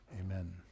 Amen